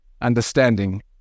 understanding